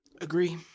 Agree